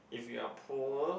if you're poor